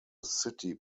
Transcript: city